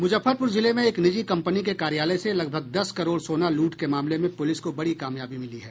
मुजफ्फरपुर जिले में एक निजी कंपनी के कार्यालय से लगभग दस करोड़ सोना लूट के मामले में पुलिस को बड़ी कामयाबी मिली है